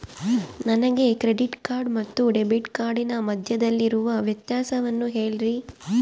ನನಗೆ credit card ಮತ್ತು debit ಕಾರ್ಡಿನ ಮಧ್ಯದಲ್ಲಿರುವ ವ್ಯತ್ಯಾಸವನ್ನು ಹೇಳ್ರಿ?